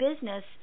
business